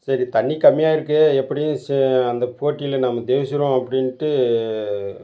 சரி தண்ணி கம்மியாக இருக்குது எப்படியும் செ அந்த போட்டியில் நம்ம ஜெயிச்சுருவோம் அப்படின்ட்டு